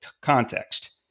context